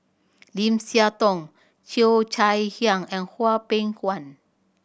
Lim Siah Tong Cheo Chai Hiang and Hwang Peng Yuan